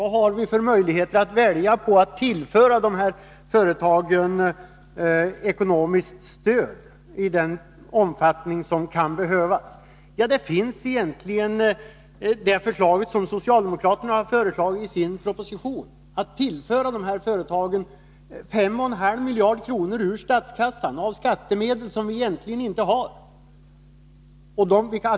Vad har vi för möjligheter att välja när det gäller att tillföra dessa företag ekonomiskt stöd i den omfattning som kan behövas? Det socialdemokratiska förslaget i propositionen är att tillföra dessa företag 5,5 miljarder kronor ur statskassan av skattemedel, som vi egentligen inte har.